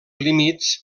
límits